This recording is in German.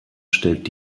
stellt